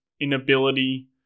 inability